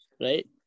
right